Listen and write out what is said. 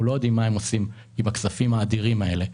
לא יודעים מה הם עושים עם הכספים האדירים האלה.